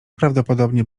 prawdopodobnie